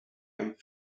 and